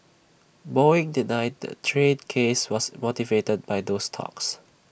boeing denied the trade case was motivated by those talks